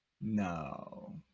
no